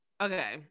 okay